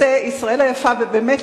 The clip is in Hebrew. ובאמת,